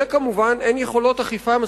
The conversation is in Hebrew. וכמובן, אין יכולות אכיפה מספיקות.